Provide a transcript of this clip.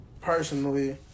personally